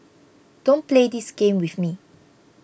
don't play this game with me